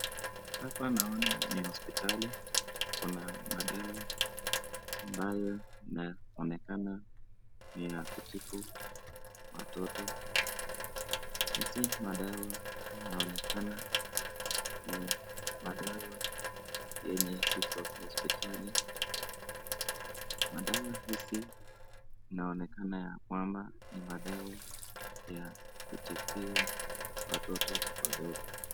Hapa naona ni hospitali, kuna madawa ambayo inaonekana ni ya kutibu watoto. Hizi madawa zinaonekana ni madawa yenye ziko hospitali. Madawa hizi inaonekana ya kwamba ni madawa ya kutibiwa watoto wadogo.